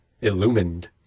illumined